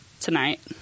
tonight